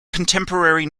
contemporary